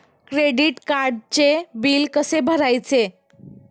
Credit कार्डचे bill कसे भरायचे?